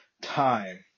time